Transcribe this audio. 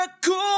cool